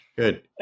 Good